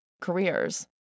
careers